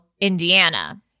Indiana